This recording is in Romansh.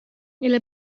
illa